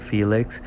Felix